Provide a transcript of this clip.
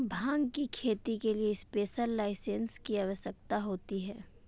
भांग की खेती के लिए स्पेशल लाइसेंस की आवश्यकता होती है